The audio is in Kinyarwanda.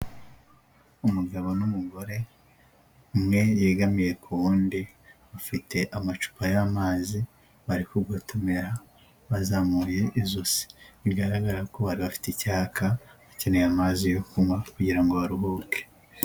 Umugabo n'umugore umwe yegamiye ku wundi bafite amacupa y'amazi bari kugotomera bazamuye ijosi, bigaragara ko bari bafite icyaka bakeneye amazi yo kunywa kugira ngo baruhuke.